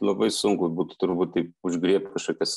labai sunku būtų turbūt taip užgriebt kažkokias